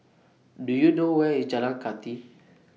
Do YOU know Where IS Jalan Kathi